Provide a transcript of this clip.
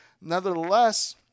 Nevertheless